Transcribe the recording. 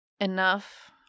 enough